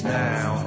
now